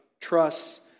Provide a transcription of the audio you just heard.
trusts